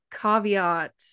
caveat